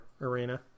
Arena